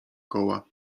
koła